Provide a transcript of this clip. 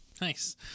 Nice